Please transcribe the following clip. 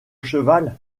cheval